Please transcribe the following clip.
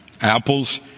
Apples